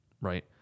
Right